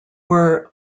were